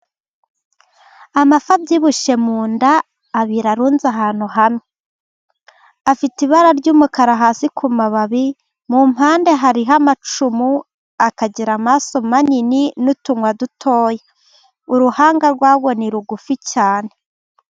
Amafi abyibushye mu nda abiri arunze ahantu hamwe. Afite ibara ry'umukara hasi ku mababi, mu mpande hari amacumu, akagira amaso manini n'utunwa dutoya. Uruhanga rwayo ni rugufi cyane.